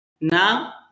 Now